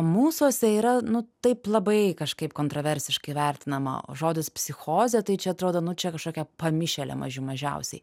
mūsuose yra nu taip labai kažkaip kontroversiškai vertinama žodis psichozė tai čia atrodo nu čia kažkokia pamišėlė mažių mažiausiai